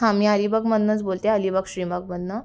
हां मी अलिबागमधनंच बोलते अलिबाग श्रीबागमधनं